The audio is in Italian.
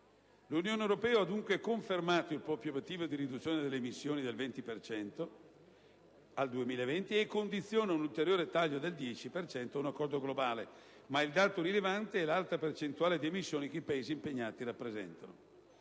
L'Unione europea ha dunque confermato il proprio obiettivo di riduzione delle emissioni del 20 per cento al 2020 e condiziona un ulteriore taglio del 10 per cento ad un accordo globale, ma il dato rilevante è l'alta percentuale di emissioni che i Paesi impegnati rappresentano.